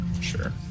sure